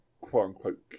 quote-unquote